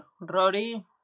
Rory